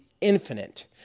infinite